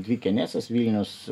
dvi kenesės vilnius